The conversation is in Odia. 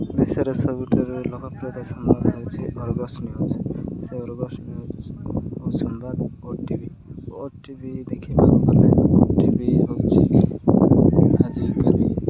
ଓଡ଼ିଶାରେ ସବୁଠାରୁ ଲୋକପ୍ରିୟତା ସମ୍ୱାଦ ହେଉଛି ଅର୍ଗସ ନ୍ୟୁଜ୍ ସେ ଅର୍ଗସ ନ୍ୟୁଜ ଓ ସମ୍ୱାଦ ଓଟିଭି ଓଟିଭି ଦେଖିବାକୁ ଗଲେ ଓଟିଭି ହଉଛି ଆଜିକାଲି